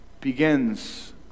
begins